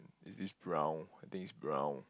is this brown I think is brown